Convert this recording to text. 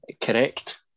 Correct